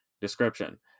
Description